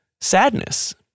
sadness